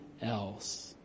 else